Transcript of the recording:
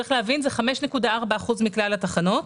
צריך להבין, זה 5.4% מכלל התחנות,